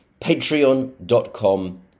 patreon.com